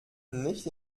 nicht